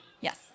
Yes